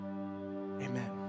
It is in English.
amen